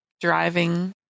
driving